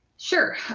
Sure